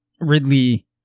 Ridley